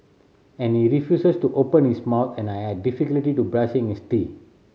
and he refuses to open his mouth and I had to brushing his teeth